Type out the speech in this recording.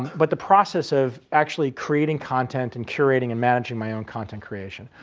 but the process of actually creating content and curating and managing my own content creation.